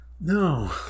No